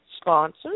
sponsors